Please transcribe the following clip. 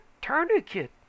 tourniquet